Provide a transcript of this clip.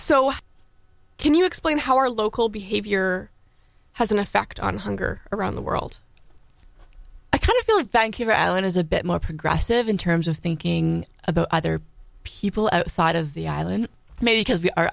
how can you explain how our local behavior has an effect on hunger around the world i kind of feel it thank you alan is a bit more progressive in terms of thinking about other people outside of the island maybe because they are